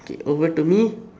okay over to me